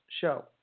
show